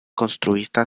konstruita